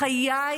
בחיי,